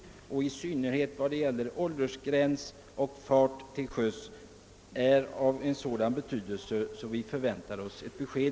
Frågan om åldersgräns för förande av båt är liksom frågan om farten till sjöss av en sådan betydelse att vi förväntar oss ett besked.